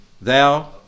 thou